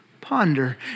ponder